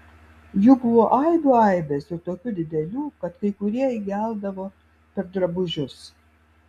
jų buvo aibių aibės ir tokių didelių kad kai kurie įgeldavo per drabužius